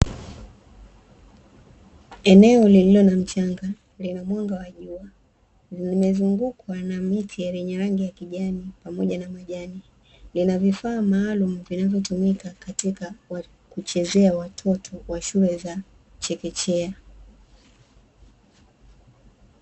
Eneo lililo na mchanga, lina mwanga wa jua, limezungukwa na miti yenye rangi ya kijani pamoja na majani, lina vifaa maalumu vinavyotumika katika kuchezea watoto wa shule za chekechea.